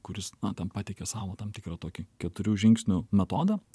kuris na ten pateikia savo tam tikrą tokį keturių žingsnių metodą